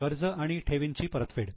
कर्ज आणि ठेवींची परतफेड